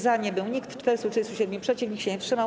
Za nie był nikt, 437 - przeciw, nikt się nie wstrzymał.